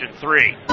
three